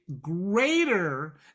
greater